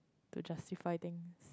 to justify things